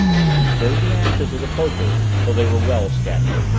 she stirred the ashes with a poker till they were well scattered.